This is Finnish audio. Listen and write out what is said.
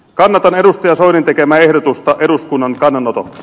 kannatan edustaja soinin tekemää ehdotusta eduskunnan kannanotoksi